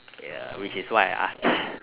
ya which is why I asked ah